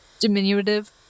diminutive